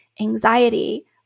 anxiety